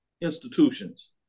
institutions